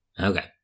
Okay